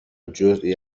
جزعی